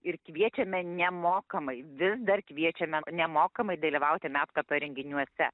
ir kviečiame nemokamai vis dar kviečiame nemokamai dalyvauti medkopio renginiuose